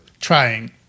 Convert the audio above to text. trying